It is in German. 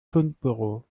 fundbüro